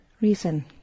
reason